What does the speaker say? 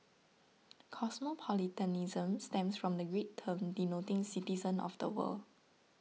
cosmopolitanism stems from the Greek term denoting citizen of the world